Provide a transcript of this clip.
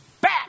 back